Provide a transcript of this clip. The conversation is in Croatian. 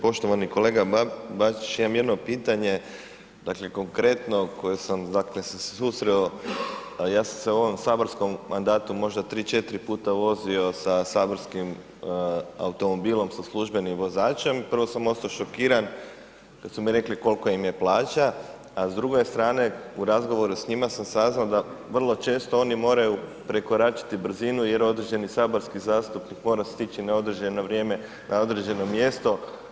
Poštovani kolega Bačić imam jedno pitanje, dakle konkretno koje sam dakle se susreo, ja sam se u ovom saborskom mandatu možda 3-4 puta vozio sa saborskim automobilom sa službenim vozačem, prvo sam osto šokiran kad su rekli kolika im je plaća, a s druge strane u razgovoru s njima sam saznao da vrlo često oni moraju prekoračiti brzinu jer određeni saborski zastupnik mora stići na određeno vrijeme, na određeno mjesto.